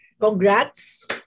Congrats